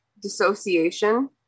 dissociation